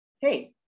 hey